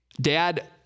Dad